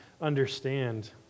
understand